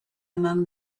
among